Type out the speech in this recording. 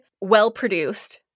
well-produced